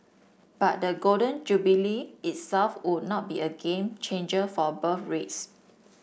but the Golden Jubilee itself would not be a game changer for birth rates